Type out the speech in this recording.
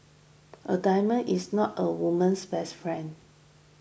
a diamond is not a woman's best friend